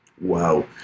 Wow